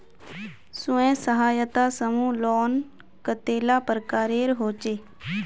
स्वयं सहायता समूह लोन कतेला प्रकारेर होचे?